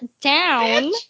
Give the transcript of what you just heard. down